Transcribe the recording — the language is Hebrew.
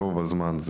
ברוב הזמן,